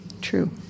True